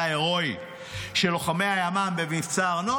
הרואי של לוחמי הימ"מ במבצע ארנון.